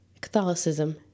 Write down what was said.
Catholicism